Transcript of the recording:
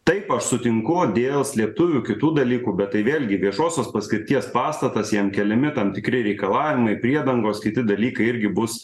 taip aš sutinku dėl slėptuvių kitų dalykų bet tai vėlgi viešosios paskirties pastatas jam keliami tam tikri reikalavimai priedangos kiti dalykai irgi bus